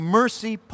mercy